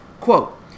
quote